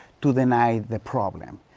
to deny the problem,